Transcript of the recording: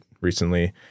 recently